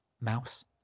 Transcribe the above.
mouse